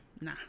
Nah